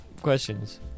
questions